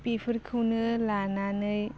बेफोरखौनो लानानै